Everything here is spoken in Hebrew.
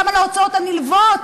גם על ההוצאות הנלוות